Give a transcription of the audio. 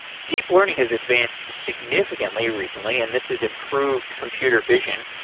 deep learning has advanced significantly recently, and this is improved computer vision.